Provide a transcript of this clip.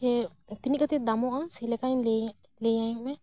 ᱛᱤᱱᱟᱹᱜ ᱠᱟᱛᱮ ᱫᱟᱢᱚᱜᱼᱟ ᱪᱮᱫ ᱞᱮᱠᱟᱹᱧ ᱞᱟᱹᱭᱟ ᱞᱟᱹᱭᱟᱹᱧ ᱢᱮ